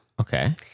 Okay